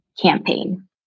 campaign